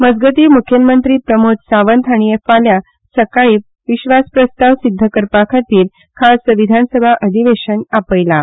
मजगतीं प्रमोद सावंत हांणी फाल्यां सकाळीं विस्वासप्रस्ताव सिद्ध करपा खातीर खास विधानसभा अधिवेशन आपयलां